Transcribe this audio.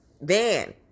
van